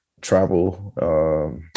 travel